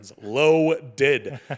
Low-did